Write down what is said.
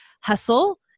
hustle